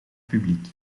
publiek